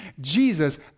Jesus